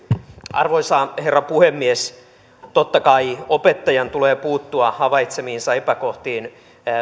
arvoisa herra puhemies totta kai opettajan tulee puuttua havaitsemiinsa epäkohtiin